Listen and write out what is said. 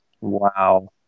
Wow